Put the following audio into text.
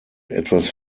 etwas